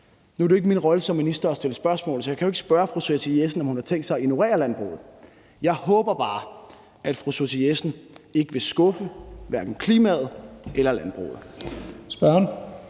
Nu er det jo ikke min rolle som minister at stille spørgsmål, så jeg kan ikke spørge fru Susie Jessen, om hun har tænkt sig at ignorere landbruget. Jeg håber bare, at fru Susie Jessen hverken vil skuffe klimaet eller landbruget.